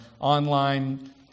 online